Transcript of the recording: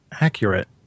accurate